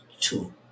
Two